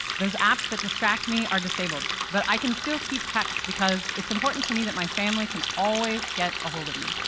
those apps that distract me are disabled. but i can still keep text. because it's important to me that my family can always get a hold of me,